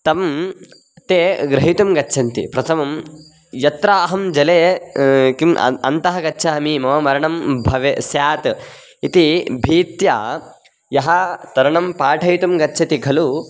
तं ते गृहीतुं गच्छन्ति प्रथमं यत्र अहं जले किम् अन्तः अन्तः गच्छामि मम मरणं भवेत् स्यात् इति भीत्या यः तरणं पाठयितुं गच्छति खलु